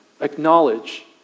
acknowledge